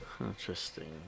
Interesting